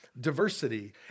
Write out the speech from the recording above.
diversity